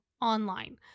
online